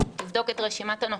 תבדוק את רשימת הנוכחות,